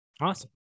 Awesome